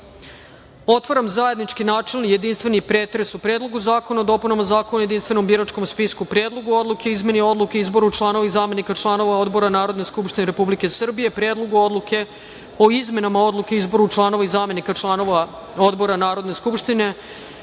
otvaram zajednički načelni i jedinstveni pretres o: Predlogu zakona o dopunama Zakona o jedinstvenom biračkom spisku, Predlogu odluke o izmeni Odluke o izboru članova i zamenika članova Odbora Narodne skupštine Republike Srbije, Predlogu odluke o izmenama Odluke o izboru članova i zamenika članova Odbora Narodne skupštine,